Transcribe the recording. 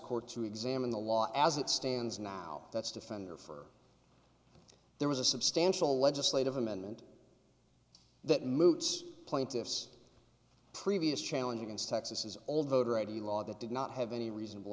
court to examine the law as it stands now that's defender for there was a substantial legislative amendment that moots plaintiff's previous challenge against texas old voter id law that did not have any reasonable